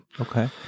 Okay